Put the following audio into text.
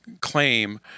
claim